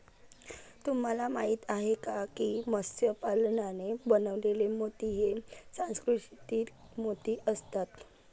तुम्हाला माहिती आहे का की मत्स्य पालनाने बनवलेले मोती हे सुसंस्कृत मोती असतात